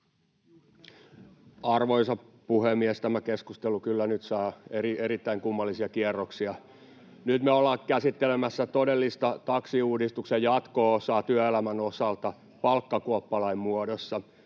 Arvoisa puhemies! Tämä keskustelu kyllä nyt saa erittäin kummallisia kierroksia. Nyt me ollaan käsittelemässä todellista taksiuudistuksen jatko-osaa työelämän osalta palkkakuoppalain muodossa.